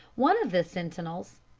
one of the sentinels,